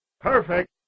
perfect